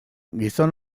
gizon